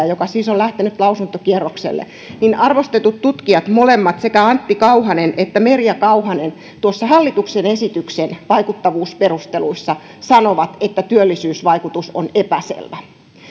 joka siis on lähtenyt lausuntokierrokselle ja sen vaikuttavuusarviointeja niin molemmat arvostetut tutkijat sekä antti kauhanen että merja kauhanen tuon hallituksen esityksen vaikuttavuusperusteluissa sanovat että työllisyysvaikutus on epäselvä